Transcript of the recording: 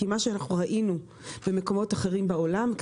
כי ראינו במקומות אחרים בעולם,